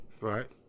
Right